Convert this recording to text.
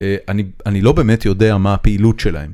אני לא באמת יודע מה הפעילות שלהם.